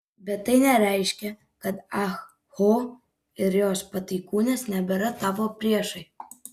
bet tai nereiškia kad ah ho ir jos pataikūnės nebėra tavo priešai